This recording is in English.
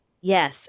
Yes